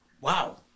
wow